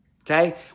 okay